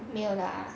没有 lah